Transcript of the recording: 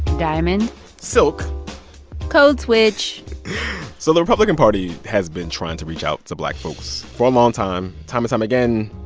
diamond silk code switch so the republican party has been trying to reach out to black folks for a long time. time and time again,